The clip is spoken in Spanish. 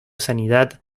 sanidad